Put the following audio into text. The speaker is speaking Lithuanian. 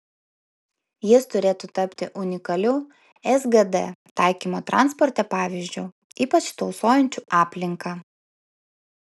jis turėtų tapti unikaliu sgd taikymo transporte pavyzdžiu ypač tausojančiu aplinką